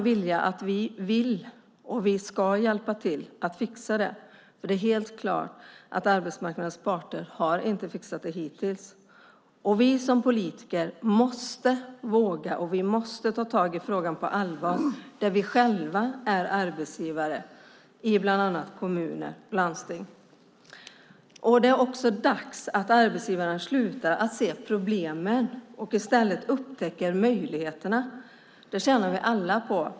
Vi vill och ska hjälpa till att fixa det. Det står helt klart att arbetsmarknadens parter inte fixat det hittills. Vi politiker måste våga ta tag i frågan på allvar där vi själva är arbetsgivare, bland annat i kommuner och landsting. Dessutom är det hög tid att arbetsgivarna slutar se problemen och i stället upptäcker möjligheterna. Det tjänar vi alla på.